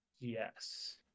Yes